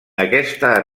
aquesta